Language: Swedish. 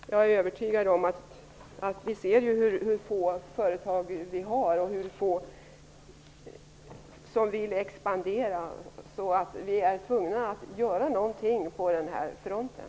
Vi ser ju hur få företag vi har och hur få företag som vill expandera, så vi är tvungna att göra någonting på den här fronten.